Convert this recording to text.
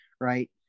Right